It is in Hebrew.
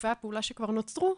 שיתופי הפעולה שכבר נוצרו,